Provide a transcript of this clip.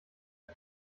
der